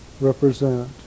represent